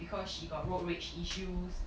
because she got road rage issues